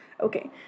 Okay